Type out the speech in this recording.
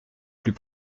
plus